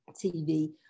TV